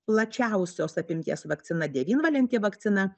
plačiausios apimties vakcina devynvalentė vakcina